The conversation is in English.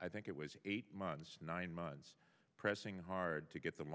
i think it was eight months nine months pressing hard to get the